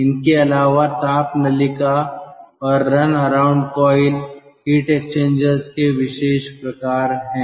इनके अलावा heat coil और रनअराउंड कॉइल हीट एक्सचेंजर्स के विशेष प्रकार है